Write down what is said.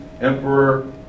emperor